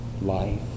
life